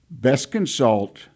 bestconsult